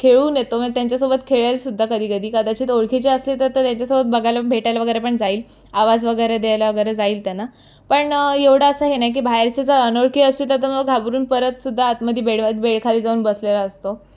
खेळून येतो मग त्यांच्यासोबत खेळेलसुद्धा कधीकधी कदाचित ओळखीचे असले तर तो त्यांचासोबत बघायला भेटायला वगैरे पण जाईल आवाज वगैरे द्यायला वगैरे जाईल त्यांना पण एवढं असं हे नाही की बाहेरचे जर अनोळखी असतील तर तो मग घाबरून परतसुद्धा आतमध्ये बेडव बेडखाली जाऊन बसलेला असतो